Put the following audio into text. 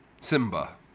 simba